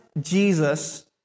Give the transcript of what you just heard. Jesus